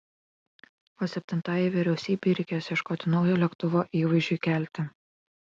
o septintajai vyriausybei reikės ieškoti naujo lėktuvo įvaizdžiui kelti